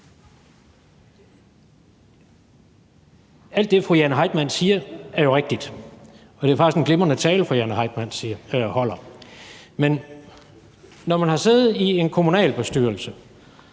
Alt det, fru Jane Heitmann siger, er jo rigtigt. Og det var faktisk en glimrende tale, fru Jane Heitmann holdt. Men når man har siddet i en kommunalbestyrelse